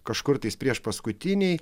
kažkur tais priešpaskutiniai